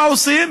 מה עושים?